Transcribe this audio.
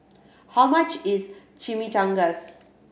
how much is Chimichangas